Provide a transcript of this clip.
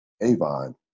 avon